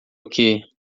aqui